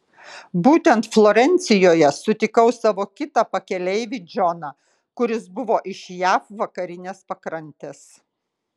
būtent florencijoje sutikau savo kitą pakeleivį džoną kuris buvo iš jav vakarinės pakrantės